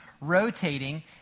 rotating